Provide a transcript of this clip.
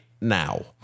now